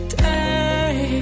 day